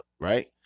right